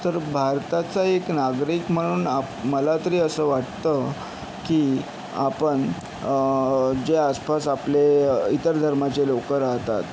तर भारताचा एक नागरिक म्हणून आ मला तरी असं वाटतं की आपण जे आसपास आपले इतर धर्माचे लोकं राहतात